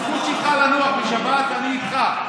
הזכות שלך לנוח בשבת, אני איתך,